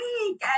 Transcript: week